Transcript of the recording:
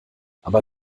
aber